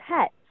pets